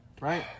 right